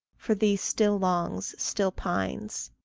for thee still longs, still pines.